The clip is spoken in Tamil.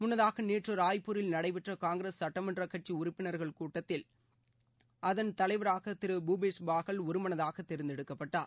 முன்னதாக நேற்று ராய்ப்பூரில் நடைபெற்ற காங்கிரஸ் சட்டமன்றக் கட்சி உறுப்பினர்கள் கூட்டத்தில் அதன் தலைவராக திரு பூபேஷ் பாகல் ஒருமனதாக தேர்ந்தெடுக்கப்பட்டார்